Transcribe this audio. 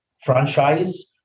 franchise